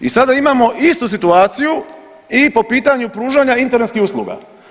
I sada imamo istu situaciju i po pitanju pružanja internetskih usluga.